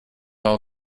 all